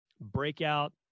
breakout